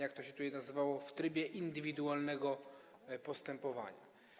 Tak to się tutaj nazywało: w trybie indywidualnego postępowania.